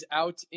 out